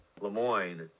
Lemoyne